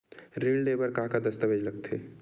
ऋण ले बर का का दस्तावेज लगथे?